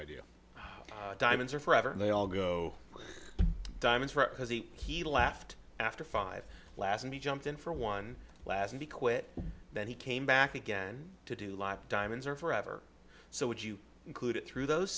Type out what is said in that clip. idea diamonds are forever and they all go he left after five last and he jumped in for one last and he quit then he came back again to do like diamonds are forever so would you include it through those